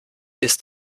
ist